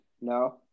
no